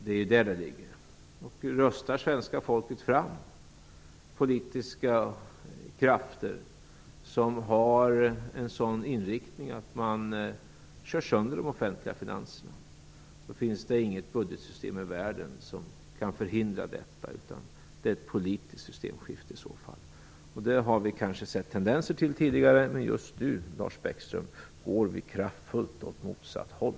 Om svenska folket röstar fram politiska krafter som har en sådan inriktning att man kör sönder de offentliga finanserna kan inget budgetsystem i världen förhindra det. Det är i så fall ett politiskt systemskifte. Det har vi kanske sett tendenser till tidigare, men just nu, Lars Bäckström, går vi kraftfullt åt motsatt håll.